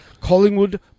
Collingwood